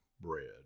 bread